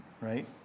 right